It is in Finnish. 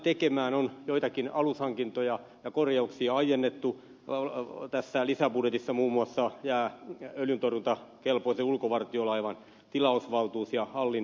on joitakin alushankintoja ja korjauksia aiennettu tässä lisäbudjetissa muun muassa öljyntorjuntakelpoisen ulkovartiolaivan tilausvaltuus ja hallin korjaus ja niin edelleen